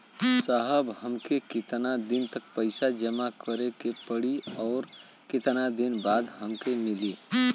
साहब हमके कितना दिन तक पैसा जमा करे के पड़ी और कितना दिन बाद हमके मिली?